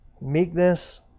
meekness